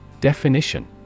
Definition